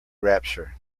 rapture